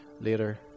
later